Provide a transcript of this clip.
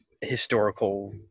historical